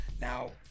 Now